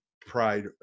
pride